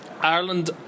Ireland